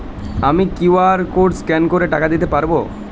আমি QR code scan করে টাকা দিতে পারবো?